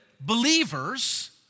believers